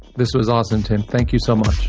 this was awesome, tim. thank you so much